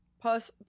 plus